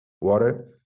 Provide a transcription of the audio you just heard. water